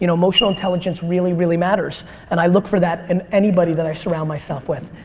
you know emotional intelligence really, really matters and i look for that in anybody that i surround myself with.